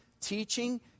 teaching